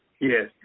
Yes